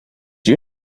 you